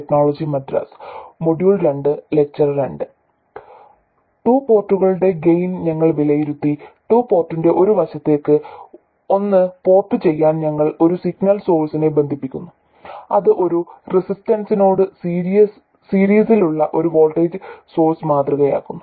to പോർട്ടുകളുടെ gain ഞങ്ങൾ വിലയിരുത്തി ടു പോർട്ടിന്റെ ഒരു വശത്തേക്ക് ഒന്ന് പോർട്ട് ചെയ്യാൻ ഞങ്ങൾ ഒരു സിഗ്നൽ സോഴ്സിനെ ബന്ധിപ്പിക്കുന്നു അത് ഒരു റെസിസ്റ്റൻസിനോട് സീരീസിലുള്ള ഒരു വോൾട്ടേജ് സോഴ്സ് മാതൃകയാക്കുന്നു